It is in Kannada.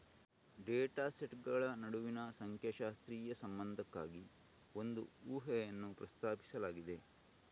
ಡೇಟಾ ಸೆಟ್ಗಳ ನಡುವಿನ ಸಂಖ್ಯಾಶಾಸ್ತ್ರೀಯ ಸಂಬಂಧಕ್ಕಾಗಿ ಒಂದು ಊಹೆಯನ್ನು ಪ್ರಸ್ತಾಪಿಸಲಾಗಿದೆ